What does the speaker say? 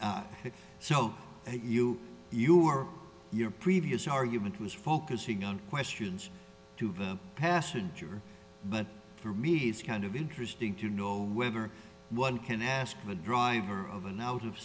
that you you or your previous argument was focusing on questions to the passenger but for me it's kind of interesting to know whether one can ask the driver of an out of